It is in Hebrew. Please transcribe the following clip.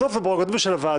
בסוף זו הפררוגטיבה של הוועדה.